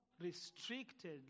restricted